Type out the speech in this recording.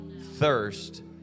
thirst